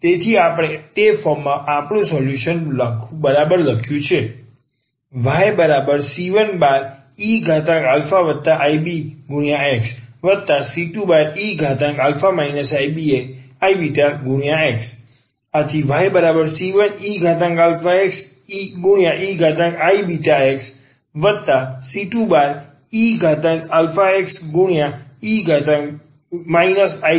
તેથી આપણે તે ફોર્મમાં આપણું સોલ્યુશન બરાબર લખ્યું છે yc1eαiβxc2eα iβx yc1eαxeiβxc2eαxe iβx ⟹yeαxc1eiβxc2e iβx yeαxc1cos βxisin βx c2cos βx isin βx yeαxc1c2cos βx isin βx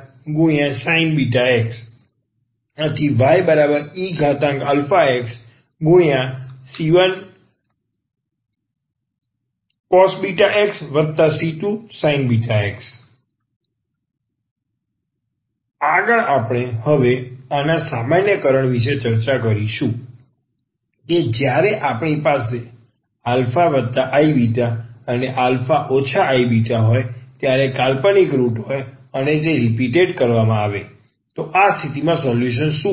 yeαxc1cos βxc2sin βx આગળ આપણે હવે આના સામાન્યકરણ વિશે વિચારણા કરીશું કે જ્યારે આપણી પાસે α iβ અને α iβ હોય ત્યારે કાલ્પનિક રુટ હોય અને તે રીપીટેટ કરવામાં આવે તો આ સ્થિતિમાં સોલ્યુશન શું હશે